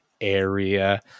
area